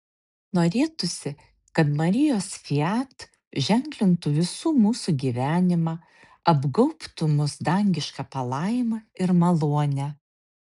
norėtųsi kad marijos fiat ženklintų visų mūsų gyvenimą apgaubtų mus dangiška palaima ir malone